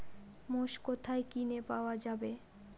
মোষ কোথায় কিনে পাওয়া যাবে?